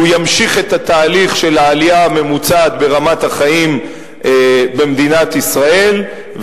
הוא ימשיך את התהליך של העלייה הממוצעת ברמת החיים במדינת ישראל.